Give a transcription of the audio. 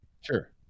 Sure